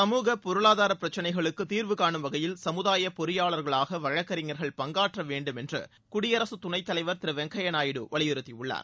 சமூகப் பொருளதார பிரச்சனைகளுக்கு தீர்வு கானும் வகையில் சமுதாய பொறியாளர்களாக வழக்கறிஞர்கள் பங்காற்ற வேண்டுமென்று குடியரசுத் தலைவர் திரு வெங்கையா நாயுடு வலியுறுத்தியுள்ளார்